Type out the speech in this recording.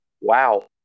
Wow